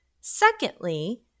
Secondly